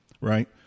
right